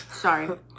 Sorry